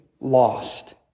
lost